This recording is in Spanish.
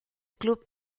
club